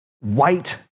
white